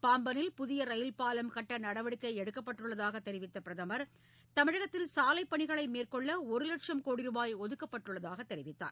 பாம்பனில் புதிய ரயில்பாலம் கட்ட நடவடிக்கை எடுக்கப்பட்டுள்ளதாக தெரிவித்த பிரதமர் தமிழகத்தில் சாலைப்பணிகளை மேற்கொள்ள ஒரு லட்சம் கோடி ரூபாய் ஒதுக்கப்பட்டுள்ளதாக தெரிவித்தார்